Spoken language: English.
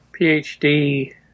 PhD